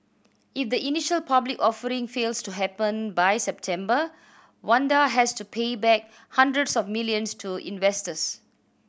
if the initial public offering fails to happen by September Wanda has to pay back hundreds of millions to investors